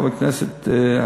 חבר הכנסת,